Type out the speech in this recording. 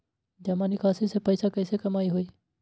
जमा निकासी से पैसा कईसे कमाई होई?